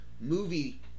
movie